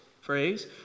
phrase